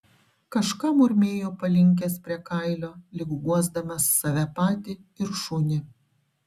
kažką murmėjo palinkęs prie kailio lyg guosdamas save patį ir šunį